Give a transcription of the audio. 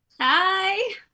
hi